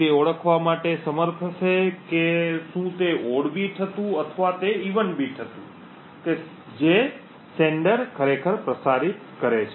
તે ઓળખવા માટે સમર્થ હશે કે શું તે ઓડ બીટ હતું અથવા તે ઇવન બીટ હતું કે પ્રેષક ખરેખર પ્રસારિત કરે છે